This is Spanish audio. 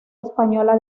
española